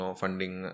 funding